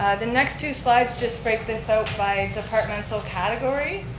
the next two slides just break this out by departmental category.